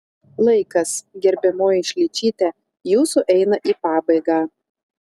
laikas gerbiamoji šličyte jūsų eina į pabaigą